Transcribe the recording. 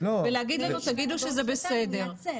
ולהגיד לנו 'תגידו שזה בסדר'.